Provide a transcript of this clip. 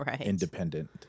independent